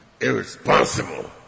irresponsible